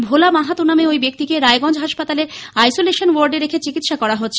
ভোলা মাহাতো নামে ঐ ব্যক্তিকে রায়গঞ্জ হাসপাতালে আইশোলেশন ওয়ার্ডে রেখে চিকিৎসা করা হচ্ছে